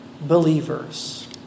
believers